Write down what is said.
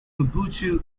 mobutu